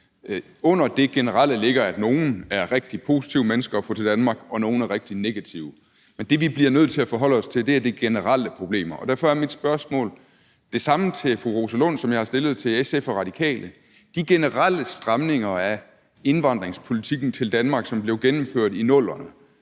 Under det generelle ligger, at nogle er rigtig positive mennesker at få til Danmark, og nogle er rigtig negative. Men det, vi bliver nødt til at forholde os til, er de generelle problemer. Derfor er mit spørgsmål det samme til fru Rosa Lund, som jeg har stillet til SF og Radikale: De generelle stramninger af indvandringspolitikken i Danmark, som blev gennemført i 00'erne,